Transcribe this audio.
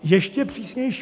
Ještě přísnější.